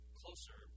closer